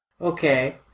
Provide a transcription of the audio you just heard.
Okay